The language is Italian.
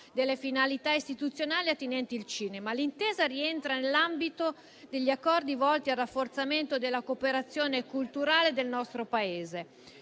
delle finalità istituzionali attinenti al cinema. L'intesa rientra nell'ambito degli accordi volti al rafforzamento della cooperazione culturale del nostro Paese.